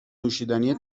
نوشیدنی